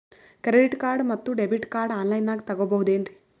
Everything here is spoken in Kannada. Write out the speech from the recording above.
ಕ್ರೆಡಿಟ್ ಕಾರ್ಡ್ ಮತ್ತು ಡೆಬಿಟ್ ಕಾರ್ಡ್ ಆನ್ ಲೈನಾಗ್ ತಗೋಬಹುದೇನ್ರಿ?